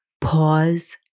pause